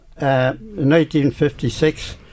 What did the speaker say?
1956